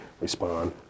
respond